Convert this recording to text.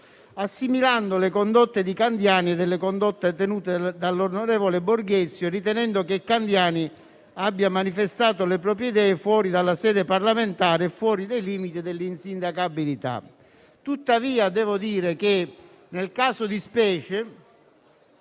assimilando le condotte di Candiani a delle condotte tenute dall'onorevole Borghezio, ritenendo che Candiani abbia manifestato le proprie idee fuori dalla sede parlamentare e fuori dai limiti dell'insindacabilità. Tuttavia, devo dire che nel caso di specie,